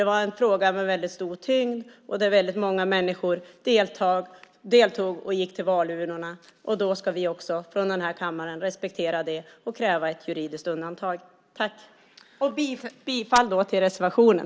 Det var en fråga med stor tyngd, och många människor deltog och gick till valurnorna. Då ska vi här i kammaren respektera det och kräva ett juridiskt undantag. Jag yrkar bifall till reservationen.